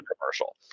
commercial